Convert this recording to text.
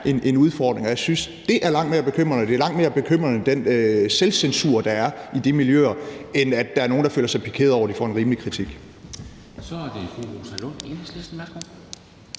en udfordring, og jeg synes, at det er langt mere bekymrende end den selvcensur, der er i de miljøer, altså end at der er nogle, der føler sig pikeret over, at de får en rimelig kritik.